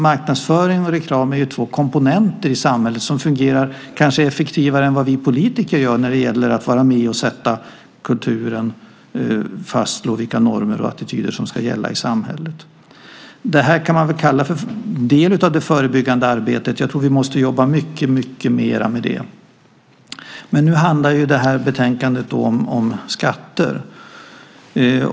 Marknadsföring och reklam är två komponenter i samhället som kanske fungerar effektivare än vi politiker vad gäller kulturen, att fastslå vilka normer och attityder som ska gälla i samhället. Man kan se det som en del av det förebyggande arbetet. Jag tror att vi måste jobba mycket mer med det. Detta betänkande handlar om skatter.